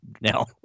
now